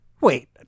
Wait